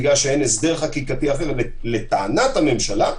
בגלל שאין הסדר חקיקתי אחר לטענת הממשלה,